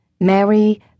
Mary